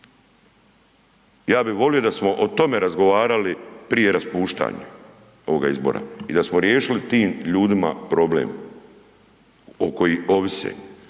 Ja bi volio da smo o tome razgovarali prije raspuštanja ovoga izbora i da smo riješili tim ljudima problem o koji ovise.